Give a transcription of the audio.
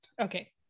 Okay